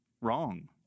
wrong